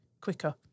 quicker